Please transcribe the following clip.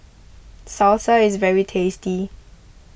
salsa is very tasty